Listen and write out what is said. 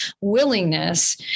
willingness